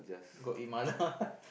go eat mala